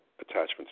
Attachments